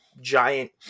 giant